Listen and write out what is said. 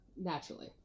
naturally